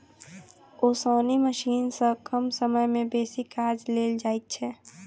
ओसौनी मशीन सॅ कम समय मे बेसी काज लेल जाइत छै